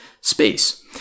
space